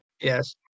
yes